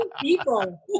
people